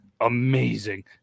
amazing